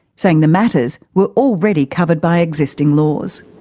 saying the matters were already covered by existing laws.